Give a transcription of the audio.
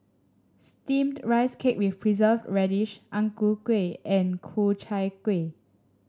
steamed Rice Cake with Preserved Radish Ang Ku Kueh and Ku Chai Kuih